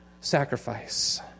sacrifice